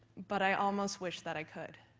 but i almost wish that i could.